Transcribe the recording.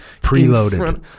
Preloaded